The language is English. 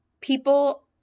people